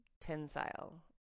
tensile